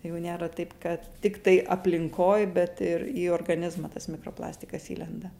jau nėra taip kad tiktai aplinkoj bet ir į organizmą tas mikroplastikas įlenda